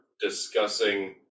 discussing